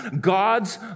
God's